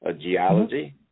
geology